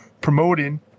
promoting